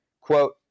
Quote